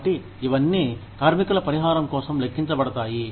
కాబట్టి ఇవన్నీ కార్మికుల పరిహారం కోసం లెక్కించబడతాయి